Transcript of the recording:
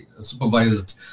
supervised